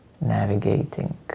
navigating